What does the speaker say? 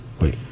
Wait